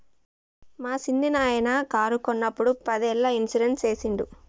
మా సిన్ననాయిన కారు కొన్నప్పుడు పదేళ్ళ ఇన్సూరెన్స్ సేసిండు